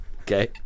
Okay